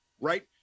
right